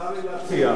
אם מותר לי להציע,